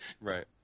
Right